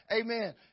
Amen